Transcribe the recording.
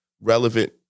relevant